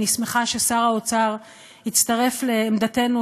אני שמחה ששר האוצר הצטרף לעמדתנו,